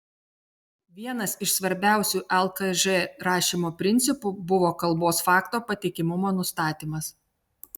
vienas iš svarbiausių lkž rašymo principų buvo kalbos fakto patikimumo nustatymas